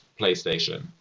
PlayStation